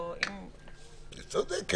היא צודקת.